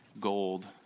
gold